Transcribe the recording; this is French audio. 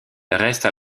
reste